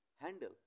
handle